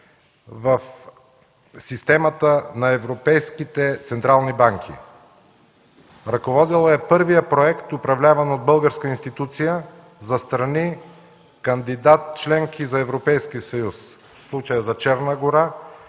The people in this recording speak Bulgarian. в системата на европейските централни банки. Ръководила е първия проект, управляван от българска институция за страни - кандидат членки за Европейския съюз, в случая за Черна гора,